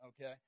okay